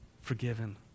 forgiven